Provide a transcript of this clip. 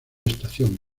estación